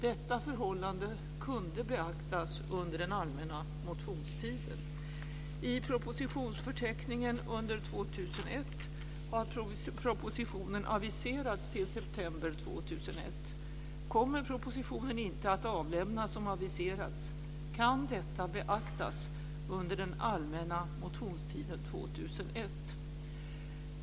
Detta förhållande kunde beaktas under den allmänna motionstiden. I propositionsförteckningen under 2001 har propositionen aviserats till september 2001. Kommer propositionen inte att avlämnas som aviserats kan detta beaktas under den allmänna motionstiden 2001.